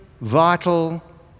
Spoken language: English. vital